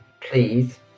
please